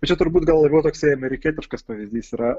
bet čia turbūt gal labiau toksai amerikietiškas pavyzdys yra